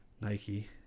nike